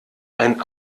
ein